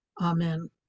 Amen